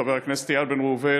חבר הכנסת איל בן ראובן.